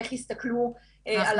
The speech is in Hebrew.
איך הסתכלו על הנתונים.